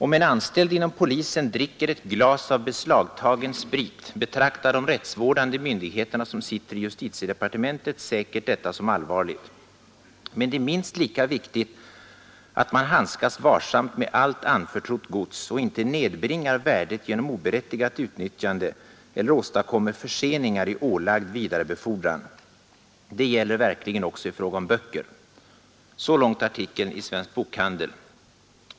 Om en anställd inom polisen dricker ett glas av beslagtagen sprit betraktar de rättsvårdande myndigheterna som sitter i justitiedepartementet säkert detta som allvarligt. Men det är minst lika viktigt att man handskas varsamt med allt anförtrott gods och inte nedbringar värdet genom oberättigat utnyttjande eller åstadkommer förseningar i ålagd vidarebefordran — det gäller verkligen också i fråga om böcker.” Så långt artikeln i Svensk Bokhandel.